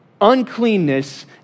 uncleanness